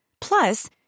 Plus